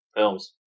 Films